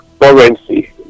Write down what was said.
currency